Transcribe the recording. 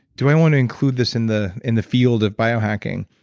do i want to include this in the in the field of biohacking.